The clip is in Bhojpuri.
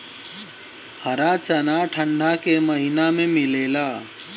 हरा चना ठंडा के महिना में मिलेला